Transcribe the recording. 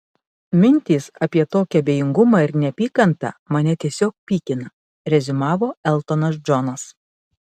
mintys apie tokį abejingumą ir neapykantą mane tiesiog pykina reziumavo eltonas džonas